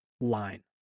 line